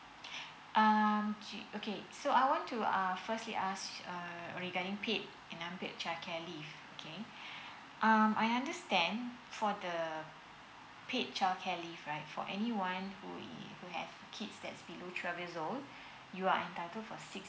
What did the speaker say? um okay so I want uh firstly ask uh regarding paid and unpaid childcare leave okay um I understand for the paid childcare leave right for anyone who have kids that's below twelve years old you're entitled for six